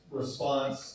response